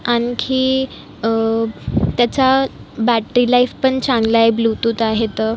आणखी त्याचा बॅटरी लाईफपण छानलाय ब्ल्यूटूत आहे तर